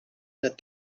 that